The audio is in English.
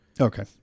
Okay